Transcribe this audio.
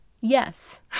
Yes